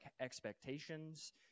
expectations